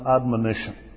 admonition